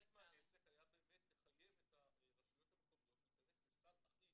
חלק מהעסק היה באמת לחייב את הרשויות המקומיות להיכנס לסל אחיד